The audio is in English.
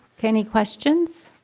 any questions?